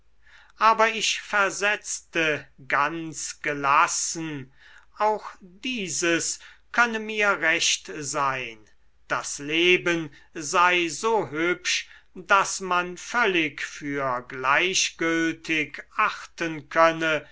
aber ich versetzte ganz gelassen auch dieses könne mir recht sein das leben sei so hübsch daß man völlig für gleichgültig achten könne